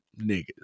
niggas